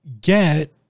get